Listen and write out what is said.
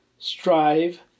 Strive